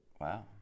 Wow